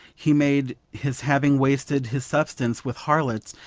he made his having wasted his substance with harlots,